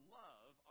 love